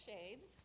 shades